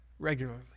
Regularly